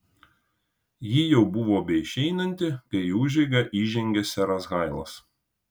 ji jau buvo beišeinanti kai į užeigą įžengė seras hailas